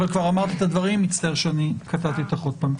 וכבר אמרתי את הדברים סליחה שקטעתי אותך שוב.